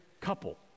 couple